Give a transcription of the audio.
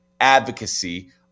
advocacy